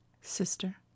Sister